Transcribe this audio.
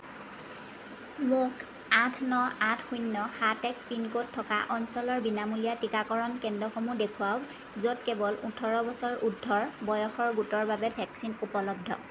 মোক আঠ ন আঠ শূণ্য সাত এক পিনক'ড থকা অঞ্চলৰ বিনামূলীয়া টীকাকৰণ কেন্দ্ৰসমূহ দেখুৱাওক য'ত কেৱল ওঠৰ বছৰ উৰ্দ্ধৰ বয়সৰ গোটৰ বাবে ভেকচিন উপলব্ধ